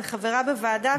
אני חברה בוועדה,